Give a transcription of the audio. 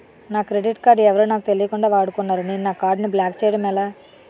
నా credit card ఎవరో నాకు తెలియకుండా వాడుకున్నారు నేను నా కార్డ్ ని బ్లాక్ చేయడం ఎలా?